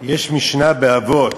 יש משנה באבות: